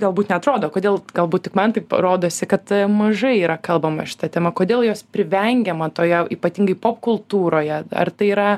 galbūt neatrodo kodėl galbūt tik man taip rodosi kad mažai yra kalbama šita tema kodėl jos privengiama toje ypatingai popkultūroje ar tai yra